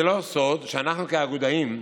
זה לא סוד שאנחנו, האגודאים,